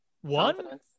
one